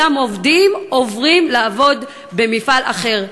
אותם עובדים עוברים לעבוד במפעל אחר.